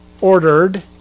ordered